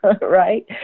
right